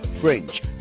french